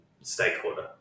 stakeholder